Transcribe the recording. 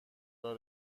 راه